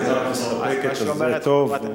אז את מסתפקת בתשובת השר.